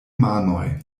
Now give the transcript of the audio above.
manoj